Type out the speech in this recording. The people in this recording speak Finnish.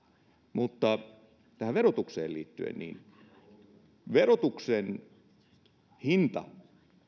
mutta tähän verotukseen liittyen verotuksen hinta